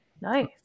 Nice